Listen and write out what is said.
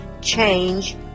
change